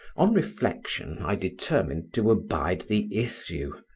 on reflection i determined to abide the issue.